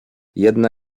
jedna